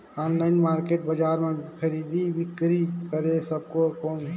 Online market बजार मां खरीदी बीकरी करे सकबो कौन?